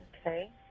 Okay